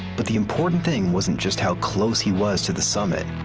but the important thing wasn't just how close he was to the summit.